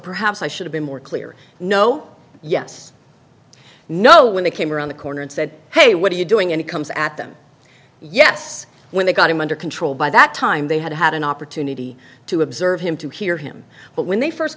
perhaps i should have been more clear no yes i know when they came around the corner and said hey what are you doing and it comes at them yes when they got him under control by that time they had had an opportunity to observe him to hear him but when they first